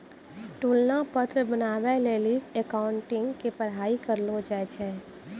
तुलना पत्र बनाबै लेली अकाउंटिंग के पढ़ाई करलो जाय छै